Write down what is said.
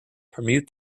permute